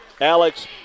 Alex